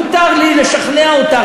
מותר לי לשכנע אותך,